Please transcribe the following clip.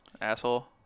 asshole